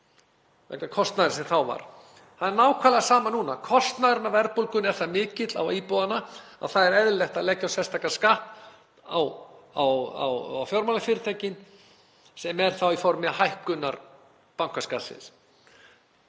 ríkjanna eftir hrun. Það er nákvæmlega sama núna; kostnaðurinn af verðbólgunni er það mikill á íbúanna að það er eðlilegt að leggja sérstakan skatt á fjármálafyrirtækin sem er þá í formi hækkunar bankaskattsins.